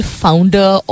founder